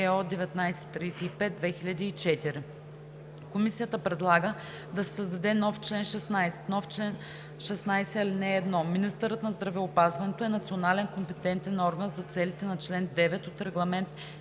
Комисията предлага да се създаде нов чл. 16: „Чл. 16. (1) Министърът на здравеопазването е национален компетентен орган за целите на чл. 9 от Регламент